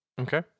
Okay